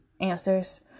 answers